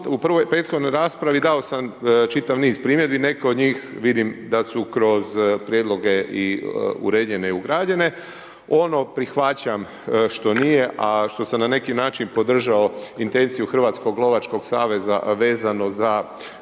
u prethodnoj raspravi dao sam čitav niz primjedbi, neke od njih vidim da su kroz prijedloge i uređene i ugrađene. Ono prihvaćam što nije a što sam na neki način podržao intenciju Hrvatskog lovačkog saveza vezano za